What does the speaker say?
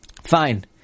Fine